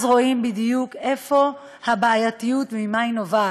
אז רואים בדיוק איפה הבעייתיות וממה היא נובעת.